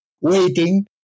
waiting